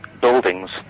buildings